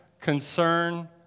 concern